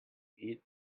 eat